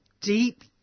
deep